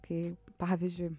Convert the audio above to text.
kai pavyzdžiui